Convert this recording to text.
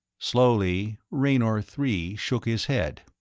slowly, raynor three shook his head.